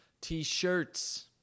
T-shirts